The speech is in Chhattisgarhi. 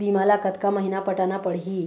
बीमा ला कतका महीना पटाना पड़ही?